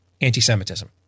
anti-Semitism